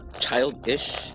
childish